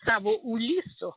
savo ulisu